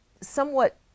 somewhat